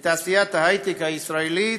בתעשיית ההייטק הישראלית,